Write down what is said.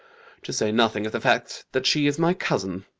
to say nothing of the fact that she is my cousin.